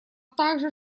также